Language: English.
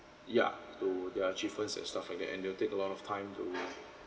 ya to their achievements and stuff like that and they will take a lot of time to